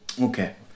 okay